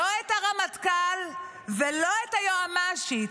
לא את הרמטכ"ל ולא את היועמ"שית.